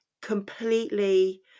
completely